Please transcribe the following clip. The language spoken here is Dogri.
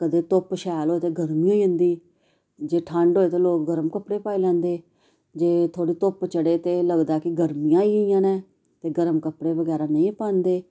कदें धुप्प शैल होए ते गर्मी होई जंदी जे ठंड होए ते लोक गर्म कपड़े पाई लैंदे जे थोह्ड़ी धुप्प चढ़े ते लगदा कि गर्मियां आई गेइयां न ते गर्म कपड़े बगैरा नेई पांदे